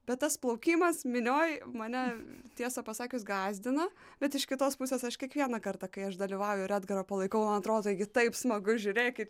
bet tas plaukimas minioj mane tiesą pasakius gąsdina bet iš kitos pusės aš kiekvieną kartą kai aš dalyvauju ir edgarą palaikau man atrodo taigi taip smagu žiūrėkit